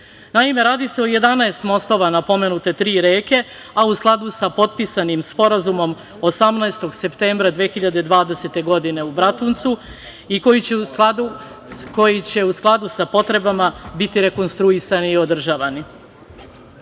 Naime, radi se o 11 mostova na pomenute tri reke, a u skladu sa potpisanim sporazumom 18. septembra 2020. godine u Bratuncu i koji će u skladu sa potrebama biti rekonstruisani i održavani. Prema